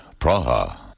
Praha